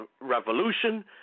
revolution